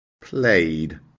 played